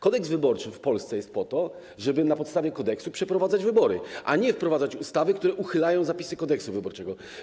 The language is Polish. Kodeks wyborczy w Polsce jest po to, żeby na podstawie kodeksu przeprowadzać wybory, a nie wprowadzać ustawy, które uchylają zapisy Kodeksu wyborczego.